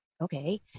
okay